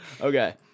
Okay